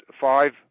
five